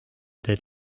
teed